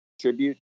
tribute